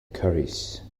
curries